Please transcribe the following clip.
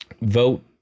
vote